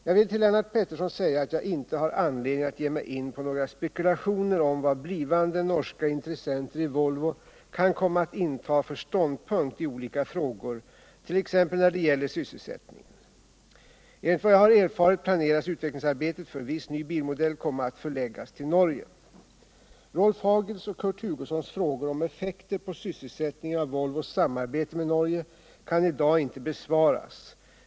Jag vill till Lennart Pettersson säga att jag inte har anledning att ge mig in på några spekulationer om vad blivande norska intressenter i Volvo kan komma att inta för ståndpunkt i olika frågor t.ex. när det gäller sysselsättningen. Enligt vad jag har erfarit planeras utvecklingsarbetet för viss ny bilmodell komma att förläggas till Norge. Rolf Hagels och Kurt Hugossons frågor om effekter på sysselsättningen av Volvos samarbete med Norge kan i dag inte besvaras.